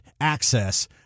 access